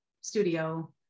studio